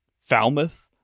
Falmouth